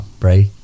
Right